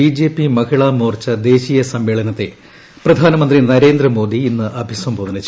BJP മഹിളാ മോർച്ചാ ദേശീയ സമ്മേളനത്തെ പ്രധാനമന്ത്രി നരേന്ദ്രമോദി ഇന്ന് അഭിസംബോധന ചെയ്യും